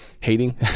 hating